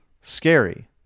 scary